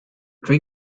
three